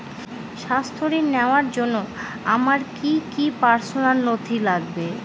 স্বাস্থ্য ঋণ নেওয়ার জন্য আমার কি কি পার্সোনাল নথি লাগবে?